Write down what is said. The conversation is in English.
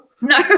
No